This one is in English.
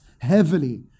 heavily